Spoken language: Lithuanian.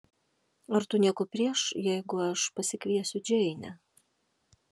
ar tu nieko prieš jeigu aš pasikviesiu džeinę